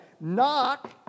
Knock